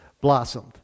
blossomed